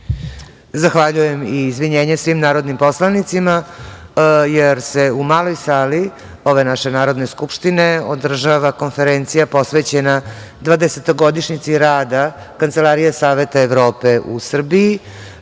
Zahvaljujem i izvinjenje svim narodnim poslanicima, jer se u Maloj sali ove naše Narodne skupštine održava konferencija posvećena dvadesetogodišnjici rada Kancelarije Saveta Evrope u Srbiji